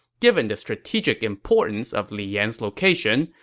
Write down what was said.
given the strategic importance of li yan's location,